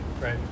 right